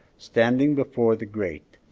standing before the grate,